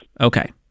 Okay